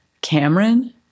Cameron